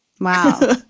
Wow